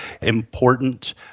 important